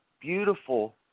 beautiful